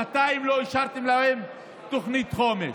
שנתיים לא אישרתם להם תוכנית חומש.